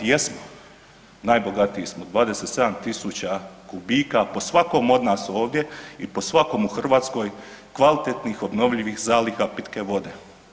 Jesmo, najbogatiji smo, 27 tisuća kubika po svakom od nas ovdje i po svakom u Hrvatskoj, kvalitetnih, obnovljivih zaliha pitke vode.